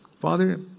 father